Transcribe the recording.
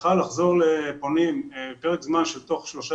הבטחה לחזור לפונים בפרק זמן של תוך שלושה